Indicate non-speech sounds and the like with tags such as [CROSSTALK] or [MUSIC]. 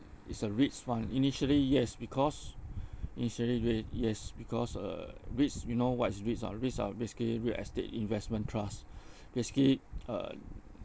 it's a REITs fund initially yes because [BREATH] initially ya yes because uh REITs you know what is REITs ah REITs are basically real estate investment trust [BREATH] basically [NOISE] uh